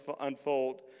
unfold